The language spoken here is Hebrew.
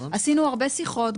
עשינו הרבה שיחות,